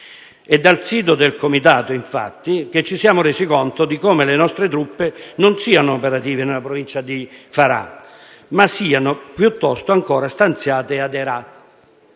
È dal sito del Comitato, infatti, che ci siamo resi conto di come le nostre truppe non siano operative nella provincia di Farah, ma siano, piuttosto, ancora stanziate ad Herat.